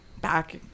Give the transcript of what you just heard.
back